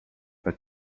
but